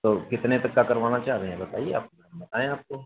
तो कितने तक का करवाना चाह रहे हैं बताइए आप बताएं आपको